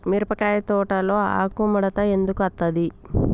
మిరపకాయ తోటలో ఆకు ముడత ఎందుకు అత్తది?